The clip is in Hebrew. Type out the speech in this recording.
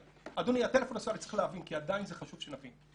אדוני, צריך להבין כי עדיין זה חשוב שנבין.